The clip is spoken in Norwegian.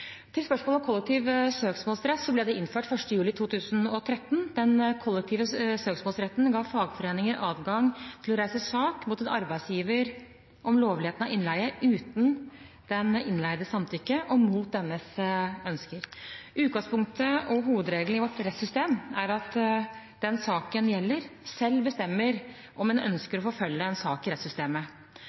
Til spørsmålet om kollektiv søksmålsrett, ble det innført 1. juli 2013. Den kollektive søksmålsretten ga fagforeninger adgang til å reise sak mot en arbeidsgiver om lovligheten av innleie uten den innleides samtykke og mot dennes ønsker. Utgangspunktet og hovedregelen i vårt rettssystem er at den saken gjelder, selv bestemmer om en ønsker å forfølge en sak i rettssystemet.